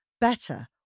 better